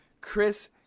Chris